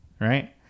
right